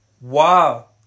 Wow